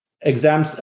exams